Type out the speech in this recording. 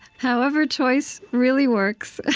however choice really works.